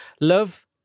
love